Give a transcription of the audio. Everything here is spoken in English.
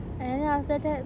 and then after that